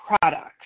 products